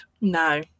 No